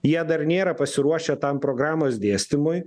jie dar nėra pasiruošę tam programos dėstymui